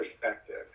perspective